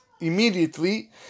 immediately